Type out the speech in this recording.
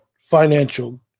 financial